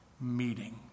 meeting